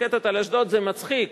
רקטות על אשדוד זה מצחיק,